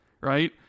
right